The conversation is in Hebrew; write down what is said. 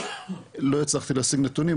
לא הצלחתי להשיג נתונים,